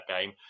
game